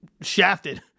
shafted